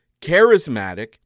charismatic